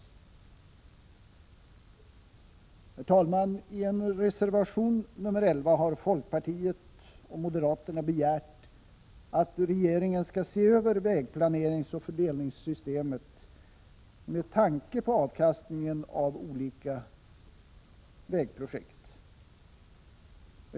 Herr talman! I en reservation — nr 11 — har folkpartiet och moderaterna begärt att regeringen skall se över vägplaneringsoch fördelningssystemet med tanke på avkastningen av olika vägprojekt.